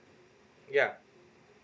yeah